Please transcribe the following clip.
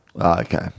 Okay